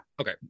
Okay